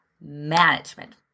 management